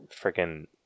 freaking